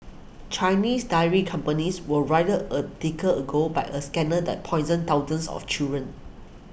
Chinese dairy companies were roiled a decade ago by a scandal that poisoned thousands of children